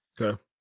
Okay